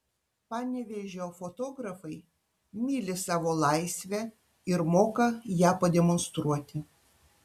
panevėžio fotografai myli savo laisvę ir moka ją pademonstruoti